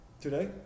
today